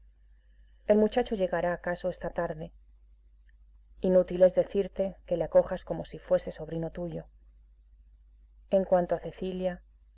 el muchacho llegará acaso esta tarde inútil es decirte que le acojas como si fuese sobrino tuyo en cuanto a cecilia